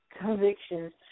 convictions